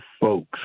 folks